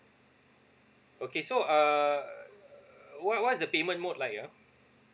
okay so uh what what is the payment mode like yeah